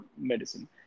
medicine